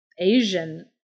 Asian